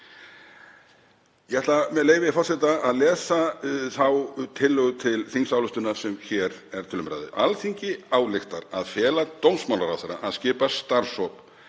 Ég ætla, með leyfi forseta, að lesa þá tillögu til þingsályktunar sem hér er til umræðu: „Alþingi ályktar að fela dómsmálaráðherra að skipa starfshóp